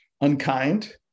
unkind